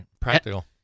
Practical